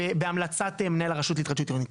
והמלצה של מנהל הרשות להתחדשות עירונית.